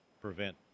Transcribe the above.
prevent